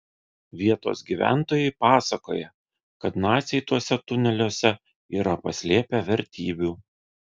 vietos gyventojai pasakoja kad naciai tuose tuneliuose yra paslėpę vertybių